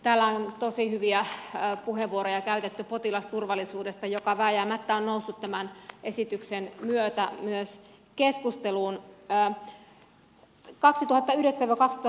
täällä on tosi hyviä puheenvuoroja käytetty potilasturvallisuudesta joka vääjäämättä on noussut tämän esityksen myötä keskusteluun